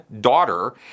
daughter